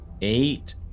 Eight